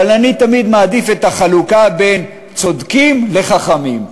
אבל אני תמיד מעדיף את החלוקה בין צודקים לחכמים.